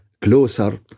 closer